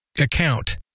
account